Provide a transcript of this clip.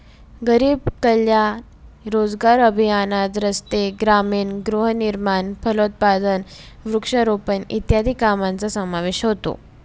गरीब कल्याण रोजगार अभियानात रस्ते, ग्रामीण गृहनिर्माण, फलोत्पादन, वृक्षारोपण इत्यादी कामांचा समावेश होतो